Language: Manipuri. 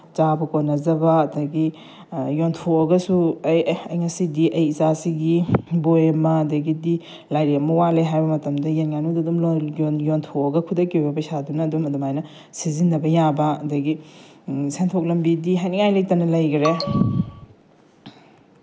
ꯆꯥꯕ ꯀꯣꯟꯅꯖꯕ ꯑꯗꯒꯤ ꯌꯣꯟꯊꯣꯛꯑꯒꯁꯨ ꯑꯩ ꯑꯦ ꯑꯩ ꯉꯁꯤꯗꯤ ꯑꯩ ꯏꯆꯥꯁꯤꯒꯤ ꯕꯣꯏ ꯑꯃ ꯑꯗꯒꯤꯗꯤ ꯂꯥꯏꯔꯤꯛ ꯑꯃ ꯋꯥꯠꯂꯦ ꯍꯥꯏꯕ ꯃꯇꯝꯗ ꯌꯦꯟ ꯉꯥꯅꯨꯗꯣ ꯌꯣꯟꯊꯣꯛꯑꯒ ꯈꯨꯗꯛꯀꯤ ꯑꯣꯏꯕ ꯄꯩꯁꯥꯗꯨꯅ ꯑꯗꯨꯝ ꯑꯗꯨꯃꯥꯏꯅ ꯁꯤꯖꯤꯟꯅꯕ ꯌꯥꯕ ꯑꯗꯒꯤ ꯁꯦꯟꯊꯣꯛ ꯂꯝꯕꯤꯗꯤ ꯍꯥꯏꯅꯤꯡꯉꯥꯏ ꯂꯩꯇꯅ ꯂꯩꯈ꯭ꯔꯦ